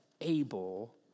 able